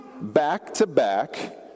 back-to-back